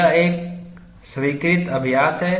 यह एक स्वीकृत अभ्यास है